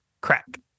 Crack